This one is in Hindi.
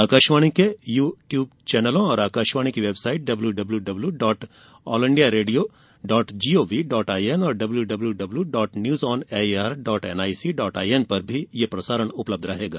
आकाशवाणी के यू ट्यूब चैनलों और आकाशवाणी की website W W W dot all India radio dot G O V dot I N और W W W dot news on A I R dot N I C dot I N पर भी यह प्रसारण उपलब्ध रहेगा